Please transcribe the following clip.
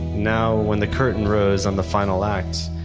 now when the curtain rose on the final acts,